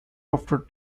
after